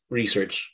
research